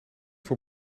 voor